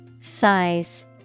Size